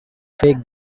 fake